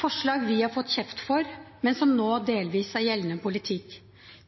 forslag vi har fått kjeft for, men som nå delvis er gjeldende politikk.